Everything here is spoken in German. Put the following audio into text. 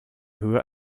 höher